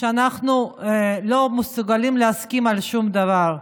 שאנחנו לא מסוגלים להסכים על שום דבר,